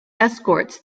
escorts